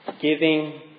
Giving